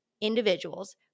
individuals